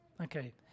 Okay